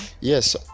Yes